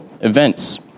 events